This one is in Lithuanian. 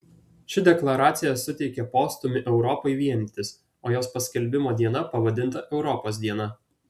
ši deklaracija suteikė postūmį europai vienytis o jos paskelbimo diena pavadinta europos diena